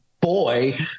boy